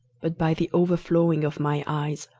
but by the overflowing of my eyes,